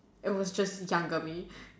it was just younger me